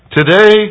Today